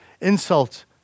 insult